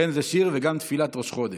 אכן, זה שיר וגם תפילת ראש חודש.